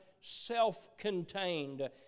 self-contained